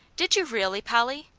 did you really, polly?